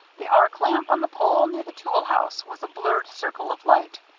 the arc lamp, on the pole near the tool house, was a blurred circle of light.